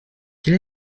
quel